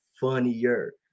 funnier